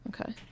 Okay